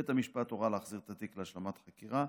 בית המשפט הורה להחזיר את התיק להשלמת חקירה.